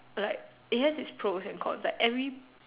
like it has it's pros and cons like every